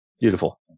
Beautiful